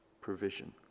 provision